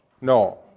No